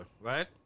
right